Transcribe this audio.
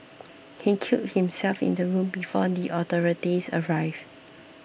he killed himself in the room before the authorities arrived